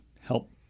help